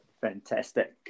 Fantastic